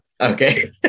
Okay